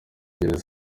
gereza